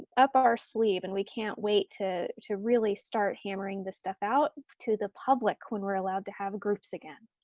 up our sleeve and we can't wait to to really start hammering this stuff out to the public when we're allowed to have groups again.